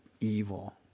evil